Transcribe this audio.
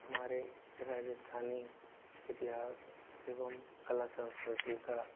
हमारे राजस्थानी इतिहास एवं कला संस्कृति का